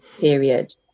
period